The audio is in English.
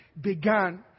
began